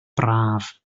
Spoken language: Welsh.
braf